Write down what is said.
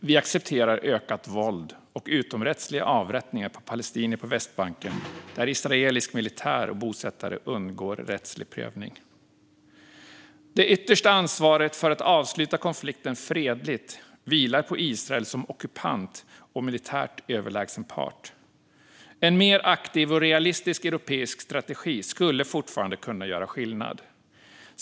Vi accepterar ökat våld och utomrättsliga avrättningar på palestinier på Västbanken där israelisk militär och bosättare undgår rättslig prövning. Det yttersta ansvaret för att avsluta konflikten fredligt vilar på Israel som ockupant och militärt överlägsen part. En mer aktiv och realistisk europeisk strategi skulle fortfarande kunna göra skillnad.